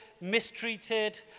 mistreated